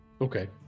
Okay